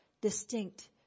distinct